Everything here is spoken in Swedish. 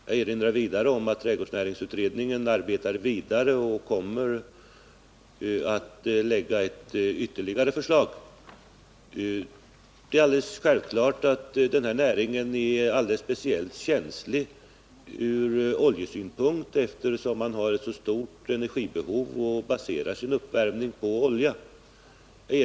Jag erinrar vidare om att trädgårdsnäringsutredningen arbetar vidare och kommer att lägga fram ytterligare ett förslag. Självfallet är denna näring speciellt känslig från oljesynpunkt, eftersom man har ett så stort energibehov och baserar sin uppvärmning på olja.